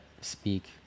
speak